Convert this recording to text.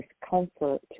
discomfort